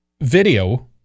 video